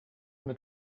mit